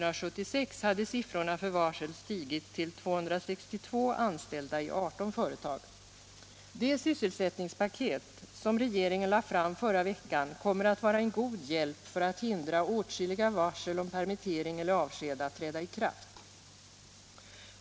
Det sysselsättningspaket som regeringen lade fram förra veckan kommer att vara en god hjälp för att hindra åtskilliga varsel om permittering eller avsked att träda i kraft.